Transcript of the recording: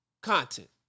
content